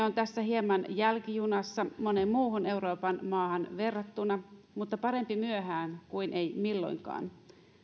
on tässä hieman jälkijunassa moneen muuhun euroopan maahan verrattuna mutta parempi myöhään kuin ei milloinkaan